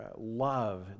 love